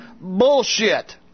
Bullshit